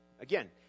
Again